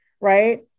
right